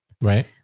Right